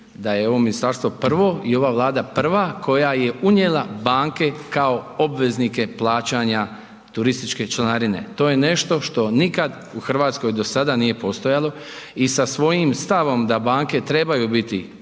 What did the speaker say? da je ovo ministarstvo prvo i ova Vlada prva koja je unijela banke kao obveznike plaćanja turističke članarine. To je nešto što nikad u RH do sada nije postojalo i sa svojim stavom da banke trebaju biti